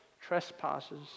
trespasses